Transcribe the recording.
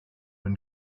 when